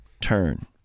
turn